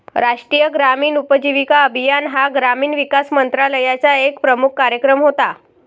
राष्ट्रीय ग्रामीण उपजीविका अभियान हा ग्रामीण विकास मंत्रालयाचा एक प्रमुख कार्यक्रम होता